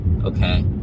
okay